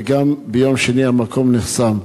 וגם ביום שני המקום נחסם.